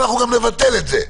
אנחנו לא מקבלים את זה,